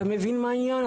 אתה מבין מה העניין?